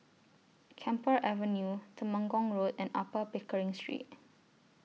Camphor Avenue Temenggong Road and Upper Pickering Street